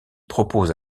propose